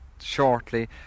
shortly